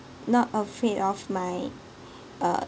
not afraid of my uh